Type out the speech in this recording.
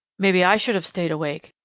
maybe i should have stayed awake.